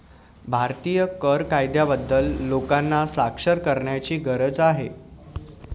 भारतीय कर कायद्याबद्दल लोकांना साक्षर करण्याची गरज आहे